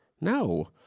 no